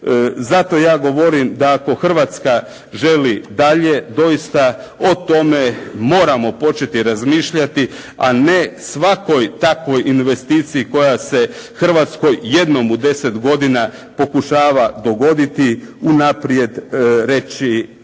Zato ja govorim da ako Hrvatska želi dalje doista o tome moramo početi razmišljati a ne svakoj takvoj investiciji koja se Hrvatskoj jednom u 10 godina pokušava dogoditi unaprijed reći,